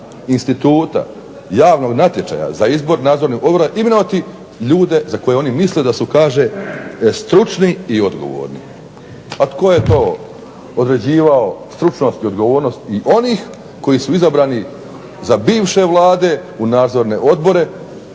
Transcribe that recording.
instituta javnog natječaja za izbor nadzornog odbora imenovati ljude za koji oni misle da su stručni i odgovorni. A tko je to određivao stručnost i odgovornost i onih koji su izabrani za bivše vlade u nadzorne odbore